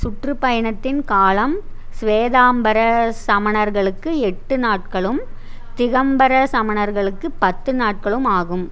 சுற்றுப்பயணத்தின் காலம் ஸ்வேதாம்பர சமணர்களுக்கு எட்டு நாட்களும் திகம்பர சமணர்களுக்கு பத்து நாட்களும் ஆகும்